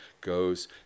goes